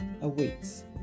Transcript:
awaits